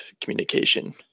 communication